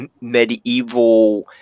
medieval